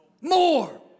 more